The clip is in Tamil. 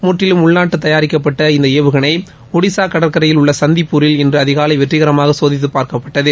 முற்றிலும் உள்நாட்டில் தயாரிக்கப்பட்ட இந்த ஏவுகணை ஒடிசா கடற்கரையில் உள்ள சந்திப்பூரில் இன்று அதிகாலை வெற்றிகரமாக சோதித்து பார்க்கப்பட்டது